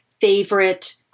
favorite